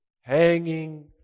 hanging